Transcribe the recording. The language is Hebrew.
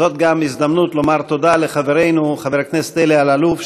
זאת גם הזדמנות לומר תודה לחברנו חבר הכנסת אלי אלאלוף,